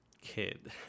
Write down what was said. kid